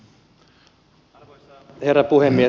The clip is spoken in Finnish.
arvoisa herra puhemies